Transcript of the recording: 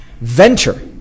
venture